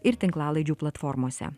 ir tinklalaidžių platformose